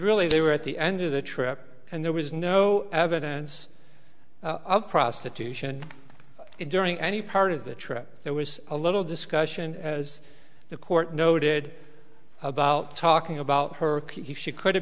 really they were at the end of the trip and there was no evidence of prostitution during any part of the trip there was a little discussion as the court noted about talking about her she could have